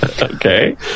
Okay